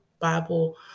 Bible